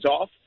off